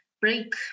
Break